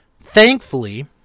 thankfully